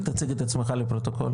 רק תציג את עצמך לפרוטוקול.